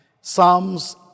Psalms